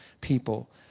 people